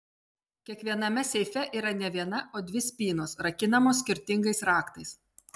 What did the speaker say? kiekviename seife yra ne viena o dvi spynos rakinamos skirtingais raktais